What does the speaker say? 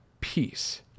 peace